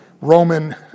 Roman